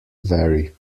vary